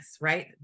right